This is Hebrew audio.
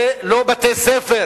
זה לא בתי-ספר,